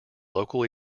local